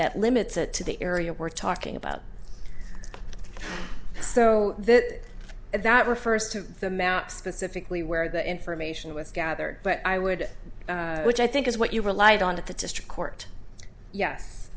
that limits it to the area we're talking about so that that refers to the map specifically where the information was gathered but i would which i think is what you relied on at the district court